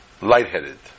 Lightheaded